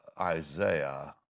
Isaiah